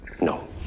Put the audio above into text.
No